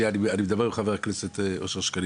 אני מדבר עם חבר הכנסת אושר שקלים.